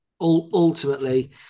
ultimately